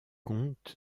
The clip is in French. compte